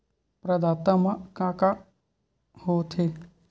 प्रदाता मा का का हो थे?